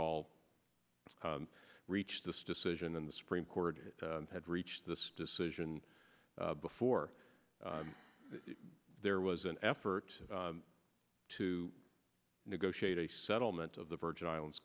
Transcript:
all reached this decision and the supreme court had reached this decision before there was an effort to negotiate a settlement of the virgin islands